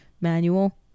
manual